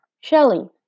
Shelley